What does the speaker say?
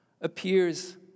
appears